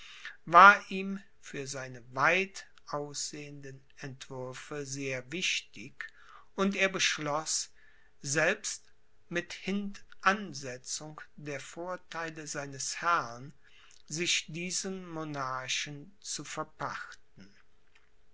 war ihm für seine weit aussehenden entwürfe sehr wichtig und er beschloß selbst mit hintansetzung der vortheile seines herrn sich diesen monarchen zu verpachten